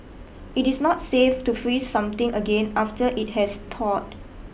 it is not safe to freeze something again after it has thawed